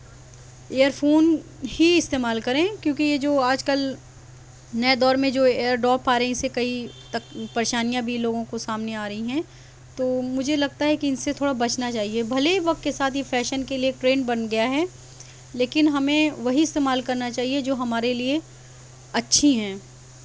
earphone ہی استعمال کریں کیونکہ یہ جو آج کل نئے دور میں جو ایئر ڈراپ آ رہے ہیں اس سے کئی پریشانیاں بھی لوگوں کو سامنے آ رہی ہیں تو مجھے لگتا ہے کہ ان سے تھوڑا بچنا چاہیے بھلے ہی وقت کے ساتھ یہ فیشن کے لیے ایک ٹرین بن گیا ہے لیکن ہمیں وہی استعمال کرنا چاہیے جو ہمارے لیے اچھی ہیں